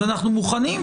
אז אנו מוכנים,